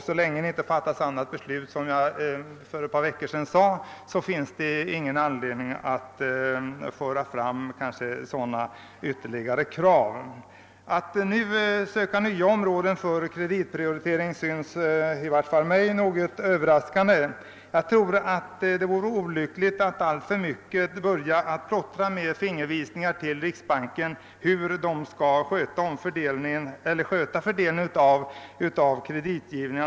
Så länge det inte fattas något annat beslut finns det, såsom jag sade för ett par veckor sedan, ingen anledning att föra fram ytterligare sådana krav. Att man nu skulle söka nya områden för kreditprioritering synes i vart fall mig något överraskande. Jag tror det vore olyckligt att börja plottra alltför mycket med fingervisningar åt riksbanken om hur den skall sköta fördelningen av kreditgivningen.